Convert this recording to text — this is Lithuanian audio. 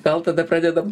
gal tada pradedam